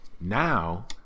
Now